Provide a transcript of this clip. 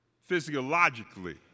physiologically